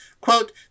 quote